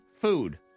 food